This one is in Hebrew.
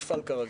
יפעל כרגיל.